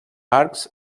arcs